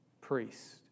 priest